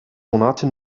monate